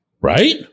right